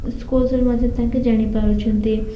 ସ୍କୁଲସରେ ମଧ୍ୟ ତାଙ୍କେ ଜାଣିପାରୁଛନ୍ତି